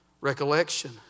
Recollection